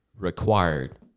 required